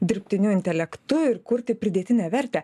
dirbtiniu intelektu ir kurti pridėtinę vertę